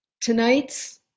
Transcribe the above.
tonight's